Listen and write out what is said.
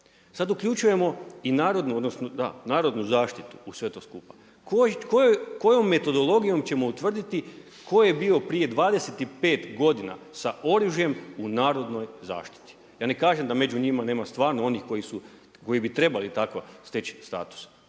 narodnu odnosno da, narodnu zaštitu u sve to skupa. Kojom metodologijom ćemo utvrditi tko je bio prije 25 godina sa oružjem u narodnoj zaštiti. Ja ne kažem da među njima nema stvarno onih koji bi trebali tako steći status.